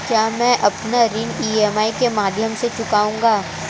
क्या मैं अपना ऋण ई.एम.आई के माध्यम से चुकाऊंगा?